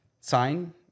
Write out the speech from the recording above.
sign